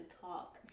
talk